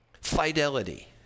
Fidelity